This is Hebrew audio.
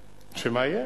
אדוני.